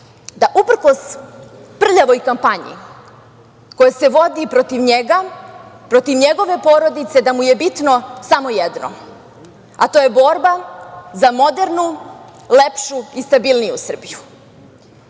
da uprkos prljavoj kampanji koja se vodi protiv njega, protiv njegove porodice, da mu je bitno samo jedno, a to je borba za modernu, lepšu i stabilniju Srbiju. Bez